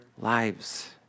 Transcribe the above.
lives